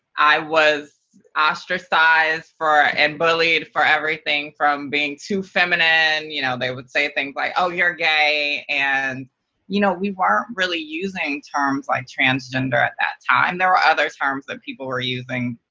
i was ostracized and bullied for everything from being too feminine, you know they would say things like, oh, you're gay. and you know we weren't really using terms like transgender at that time. there were other terms that people were using.